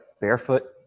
Barefoot